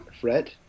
Fred